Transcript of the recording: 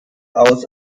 aus